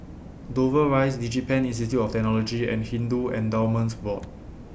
Dover Rise Digipen Institute of Technology and Hindu Endowments Board